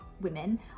women